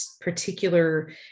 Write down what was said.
particular